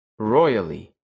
Royally